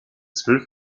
zwölf